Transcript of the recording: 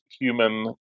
human